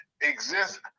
exist